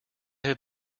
have